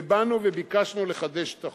ובאנו וביקשנו לחדש את החוק.